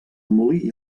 molí